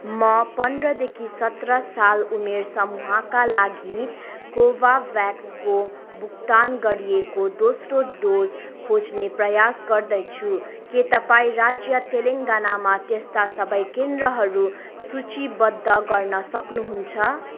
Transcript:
म पन्ध्रदेखि सत्र साल उमेर समूहका लागि कोभाभ्याक्सको भुक्तान गरिएको दोस्रो डोज खोज्ने प्रयास गर्दैछु के तपाईँ राज्य तेलेङ्गानामा त्यस्ता सबै केन्द्रहरू सूचीबद्ध गर्न सक्नुहुन्छ